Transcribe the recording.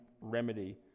remedy